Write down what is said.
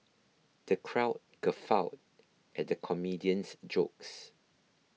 the crowd guffawed at the comedian's jokes